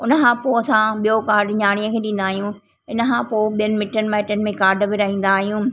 उन खां पोइ असां ॿियो काड नियाणीअ खे ॾींदा आहियूं इन खां पोइ ॿियनि मिटनि माइटनि में काड विरिहाईंदा आहियूं